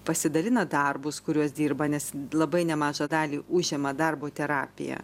pasidalina darbus kuriuos dirba nes labai nemažą dalį užima darbo terapija